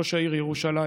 ראש העיר ירושלים,